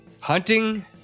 Hunting